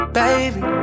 baby